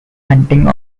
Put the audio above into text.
hunting